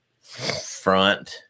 front